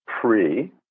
pre